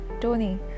Tony